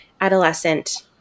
adolescent